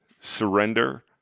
surrender